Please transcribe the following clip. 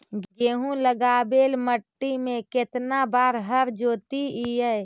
गेहूं लगावेल मट्टी में केतना बार हर जोतिइयै?